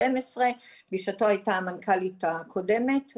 בשעתו הייתה המנכ"לית הקודמת,